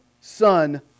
Son